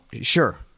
Sure